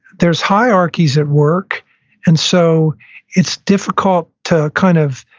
there's hierarchies at work and so it's difficult to kind of